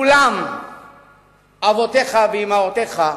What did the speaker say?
כולם אבותיך ואמותיך,